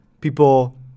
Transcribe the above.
people